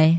រ។